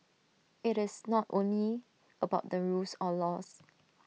IT is not only about the rules or laws